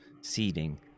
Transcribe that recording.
seeding